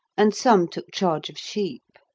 and some took charge of sheep.